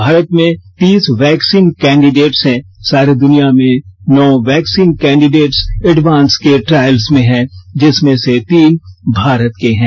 मारत में तीस vaccine candidates हैं सारे द्वनिया में नौ वैक्सीन कैंडीडेट्स एडवांस के ट्रायल्स में हैं जिसमें से तीन भारत के हैं